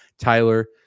tyler